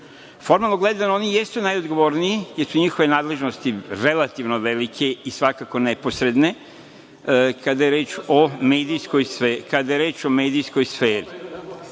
Formalno gledano oni jesu najodgovorniji, jer su njihove nadležnosti relativno velike i svakako neposredno, kada je reč o medijskoj sferi.